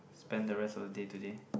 spend the rest of day today